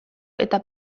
eta